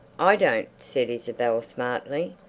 i don't, said isabel smartly.